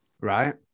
Right